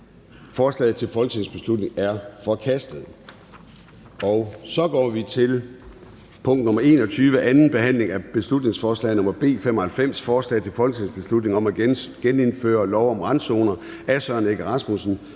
Forslaget til folketingsbeslutning er forkastet. --- Det næste punkt på dagsordenen er: 21) 2. (sidste) behandling af beslutningsforslag nr. B 95: Forslag til folketingsbeslutning om at genindføre lov om randzoner. Af Søren Egge Rasmussen